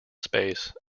space